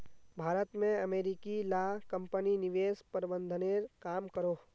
भारत में अमेरिकी ला कम्पनी निवेश प्रबंधनेर काम करोह